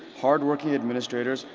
hard-working administrators,